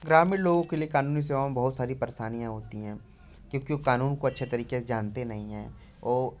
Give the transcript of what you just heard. ग्रामीण लोगों के लिए कानूनी सेवाओं में बहुत सारी परेशानियाँ होती हैं कानून को अच्छे तरीके से जानते नहीं है वो